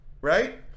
right